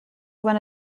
one